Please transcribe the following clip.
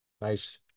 Nice